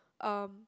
um